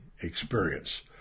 experience